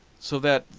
so that,